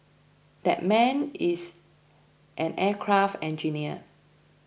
that man is an aircraft engineer